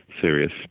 serious